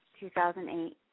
2008